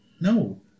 No